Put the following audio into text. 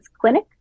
Clinic